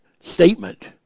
statement